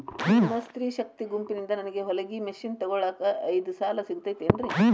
ನಿಮ್ಮ ಸ್ತ್ರೇ ಶಕ್ತಿ ಗುಂಪಿನಿಂದ ನನಗ ಹೊಲಗಿ ಮಷೇನ್ ತೊಗೋಳಾಕ್ ಐದು ಸಾಲ ಸಿಗತೈತೇನ್ರಿ?